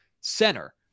center